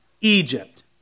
Egypt